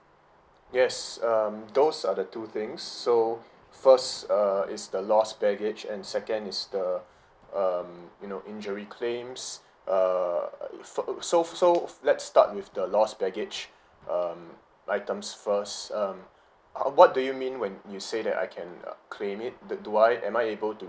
yes um those are the two things so first err is the lost baggage and second is the um you know injury claims err err if fo~ o~ so f~ so let's start with the lost baggage um items first um how on what do you mean when you say that I can uh claim it the do I am I able to